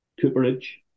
Cooperage